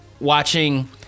watching